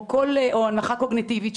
או הנמכה קוגנטיבית,